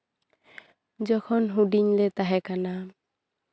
ᱡᱚᱠᱷᱚᱱ ᱦᱩᱰᱤᱧ ᱞᱮ ᱛᱟᱦᱮᱸ ᱠᱟᱱᱟ